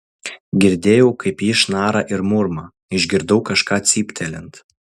girdėjau kaip ji šnara ir murma išgirdau kažką cyptelint